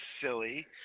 silly